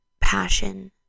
passion